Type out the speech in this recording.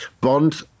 bond